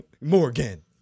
Morgan